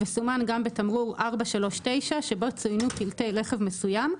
וסומן גם בתמרור 439 שבו צוינו פרטי רכב מסוים,